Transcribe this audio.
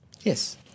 Yes